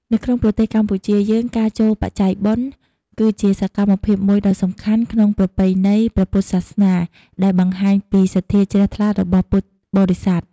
នៅក្នុងប្រទេសកម្ពុជាយើងការចូលបច្ច័យបុណ្យ គឺជាសកម្មភាពមួយដ៏សំខាន់ក្នុងប្រពៃណីព្រះពុទ្ធសាសនា ដែលបង្ហាញពីសទ្ធាជ្រះថ្លារបស់ពុទ្ធបរិស័ទ។